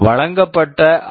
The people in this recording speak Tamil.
வழங்கப்பட்ட ஐ